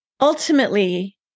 Ultimately